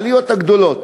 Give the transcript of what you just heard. העליות הגדולות,